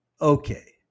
Okay